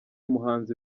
umuhanzi